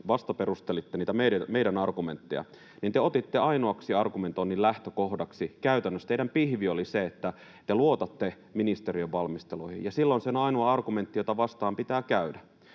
vastaperustelitte niitä meidän argumenttejamme, niin te otitte ainoaksi argumentoinnin lähtökohdaksi, käytännössä teidän pihvinne oli se, että te luotatte ministeriön valmisteluihin, ja silloin se on ainoa argumentti, jota vastaan pitää käydä.